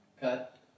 Cut